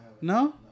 No